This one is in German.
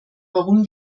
warum